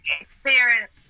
experience